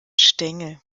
stängel